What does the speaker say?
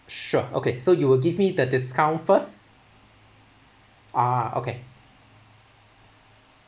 sure okay so you will give me the discount first ah okay